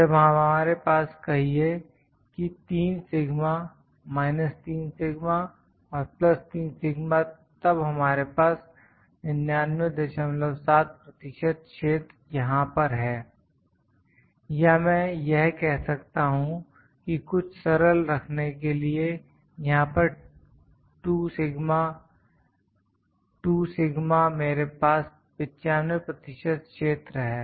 जब हमारे पास कहिए कि 3 सिग्मा माइनस 3 सिगमा और प्लस 3 सिगमा तब हमारे पास 997 प्रतिशत क्षेत्र यहां पर है या मैं यह कह सकता हूं कि कुछ सरल रखने के लिए यहां पर 2 सिगमा 2 सिगमा मेरे पास 95 प्रतिशत क्षेत्र है